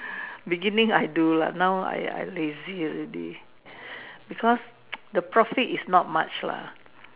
beginning I do lah now I I lazy already because the profit is not much lah